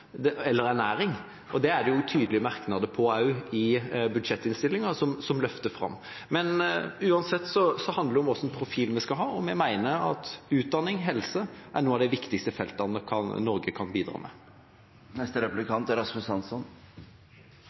eller ernæring. Det er også tydelig løftet fram gjennom merknader i budsjettinnstillinga. Uansett handler det om hvilken profil vi skal ha, og vi mener at utdanning og helse er noen av de viktigste feltene Norge kan bidra på. Kristelig Folkepartis gode arbeid for å få opp bevilgningene på bistandssida er